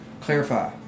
clarify